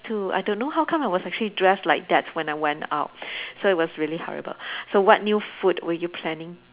too I don't know how come I was actually dressed like that when I went out so it was really horrible so what new food were you planning